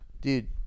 Dude